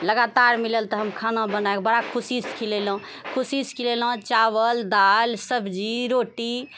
लगातार मिलल तऽ हम खाना बनाइके बड़ा खुशीसँ खिलेलहुँ खुशीसँ खिलेलहुँ चावल दाल सब्जी रोटी